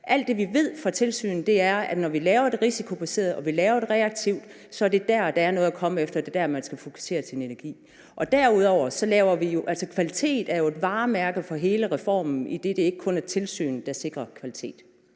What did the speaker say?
Alt det, vi ved fra tilsyn, er, at når vi laver det risikobaseret, og når vi laver det reaktivt, er det dér, der er noget at komme efter, og det er dér, man skal fokusere sin energi. Derudover er det jo sådan, at kvalitet jo er et varemærke for hele reformen, idet det ikke kun er tilsynet, der sikrer kvaliteten.